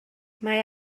mae